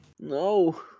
No